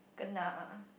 kena